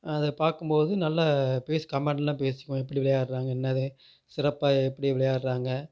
அதை பார்க்கும்போது நல்ல பேசி கமெண்டுலாம் பேசிப்பேன் எப்படி விளையாடுறாங்க என்னது சிறப்பாக எப்படி விளையாடுறாங்க